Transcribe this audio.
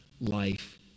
life